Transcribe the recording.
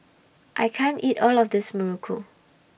I can't eat All of This Muruku